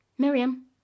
Miriam